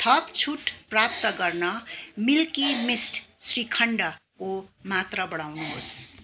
थप छुट प्राप्त गर्न मिल्की मिस्ट श्रीखण्डको मात्रा बढाउनुहोस्